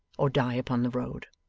or die upon the road.